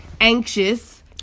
Anxious